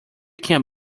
can